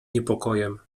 niepokojem